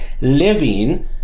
living